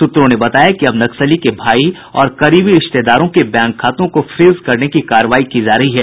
सूत्रों ने बताया कि अब नक्सली के भाई और करीबी रिश्तेदारों के बैंक खातों को फीज करने की कार्रवाई की जा रही है